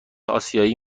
آسیایی